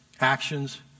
actions